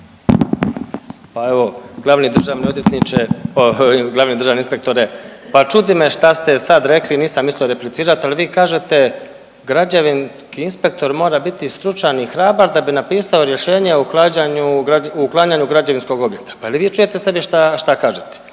Pa evo, glavni državni odvjetniče, ovaj, glavni državni inspektore, pa čudi me šta ste sad rekli, nisam mislio replicirati, ali vi kažete, građevinski inspektor mora biti stručan i hrabar da bi napisao rješenje o uklanjanju građevinskog objekta. Pa je li vi čujete sebe šta kažete?